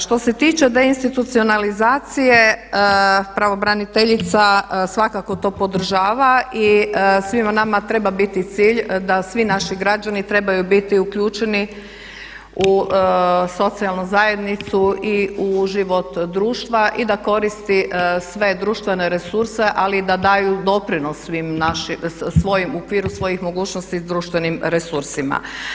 Što se tiče deinstitucionalizacije pravobraniteljica svakako to podržava i svima nama treba biti cilj da svi naši građani trebaju biti uključeni u socijalnu zajednicu i u život društva i da koristi sve društvene resurse ali i da daju doprinos svim našim, u okviru svojih mogućnosti društvenim resursima.